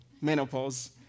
menopause